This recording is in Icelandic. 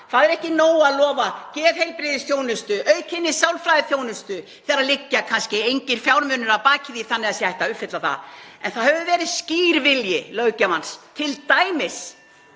Það er ekki nóg að lofa geðheilbrigðisþjónustu, aukinni sálfræðiþjónustu þegar liggja kannski engir fjármunir að baki því þannig að sé hægt að uppfylla það. En það hefur verið skýr vilji löggjafans t.d.